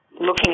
looking